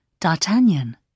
D'Artagnan